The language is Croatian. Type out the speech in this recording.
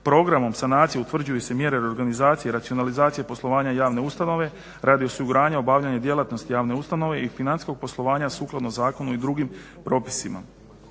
Programom sanacije utvrđuju se mjere organizacije, racionalizacije poslovanja javne ustanove, radi osiguranja obavljanja djelatnosti javne ustanove i financijskog poslovanja sukladno zakonu i drugim propisima.